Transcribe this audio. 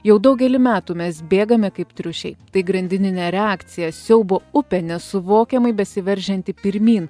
jau daugelį metų mes bėgame kaip triušiai tai grandininė reakcija siaubo upė nesuvokiamai besiveržianti pirmyn